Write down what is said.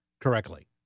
correctly